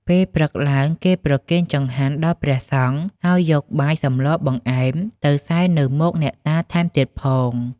ពេលព្រឹកឡើងគេប្រគេនចង្ហាន់ដល់ព្រះសង្ឃ ហើយយកបាយ សម្ល បង្អែម ទៅសែននៅមុខអ្នកតាថែមទៀតផង។